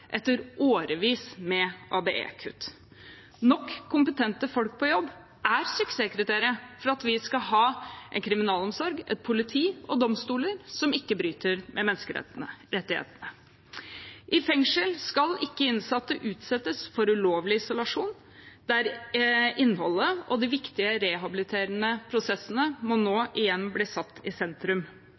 etter årevis med ABE-kutt. Nok kompetente folk på jobb er suksesskriteriet for at vi skal ha en kriminalomsorg, et politi og domstoler som ikke bryter med menneskerettighetene. I fengsel skal ikke innsatte utsettes for ulovlig isolasjon. Innholdet og de viktige rehabiliterende prosessene må nå igjen bli satt i sentrum.